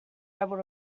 able